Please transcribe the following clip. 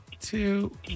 Two